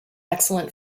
excellent